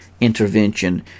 intervention